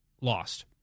lost